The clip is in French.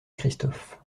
christophe